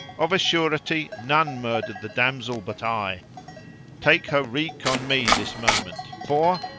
of a surety none murdered the damsel but i take her wreak on me this moment for,